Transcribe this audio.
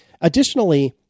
Additionally